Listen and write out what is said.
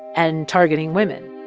and targeting women,